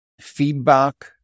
feedback